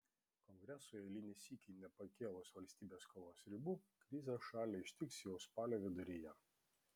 kongresui eilinį sykį nepakėlus valstybės skolos ribų krizė šalį ištiks jau spalio viduryje